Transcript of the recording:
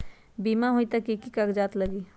बिमा होई त कि की कागज़ात लगी?